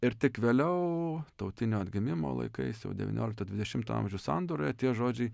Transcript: ir tik vėliau tautinio atgimimo laikais jau devyniolikto dvidešimto amžių sandūroje tie žodžiai